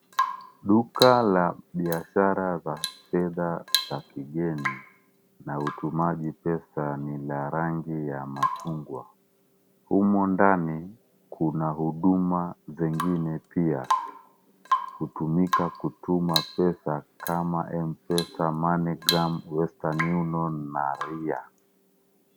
Duka la biashara za fedha za kigeni na utumaji pesa ni la rangi ya machungwa, humo ndani kuna huduma zingine pia hutumika kutuma pesa kama Mpesa, money gram, Western union na ria .